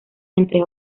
entre